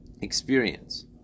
experience